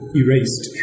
erased